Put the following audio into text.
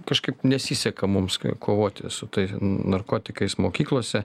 kažkaip nesiseka mums kovoti su tai narkotikais mokyklose